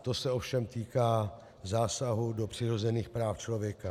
To se ovšem týká zásahu do přirozených práv člověka.